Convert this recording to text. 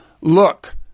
look